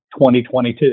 2022